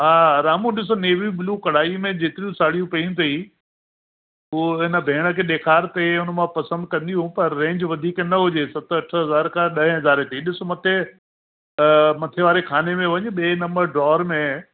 हा रामू ॾिसो navy blue कड़ाई में जेतिरियूं साड़ियूं पियूं अथई उहे हिन भेण खे ॾेखार ते हुन मां पसंदि कंदियूं त रेंज वधीक न हुजे सत अठ हज़ार खां ॾहे हज़ार खे ॾिसु मथे मथे वारे खाने में वञु ॿिए नंबर ड्रॉर में